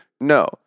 No